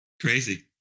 crazy